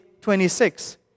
26